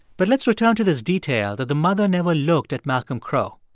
but let's return to this detail that the mother never looked at malcolm crowe.